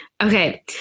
Okay